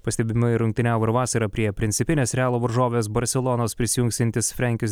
pastebimai rungtyniavo ir vasarą prie principinės realo varžovės barselonos prisijungsiantis frenkis